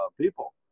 people